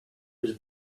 was